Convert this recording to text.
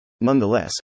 Nonetheless